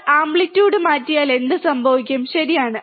നമ്മൾ ആംപ്ലിറ്റ്യൂഡ് മാറ്റിയാൽ എന്ത് സംഭവിക്കും ശരിയാണ്